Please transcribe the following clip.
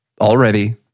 already